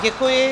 Děkuji.